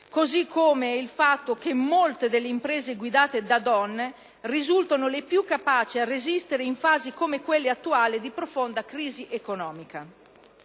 così come il fatto che molte delle imprese guidate da donne risultano le più capaci a resistere in fasi - come quella attuale - di profonda crisi economica.